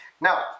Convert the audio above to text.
Now